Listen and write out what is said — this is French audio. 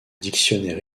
dictionnaire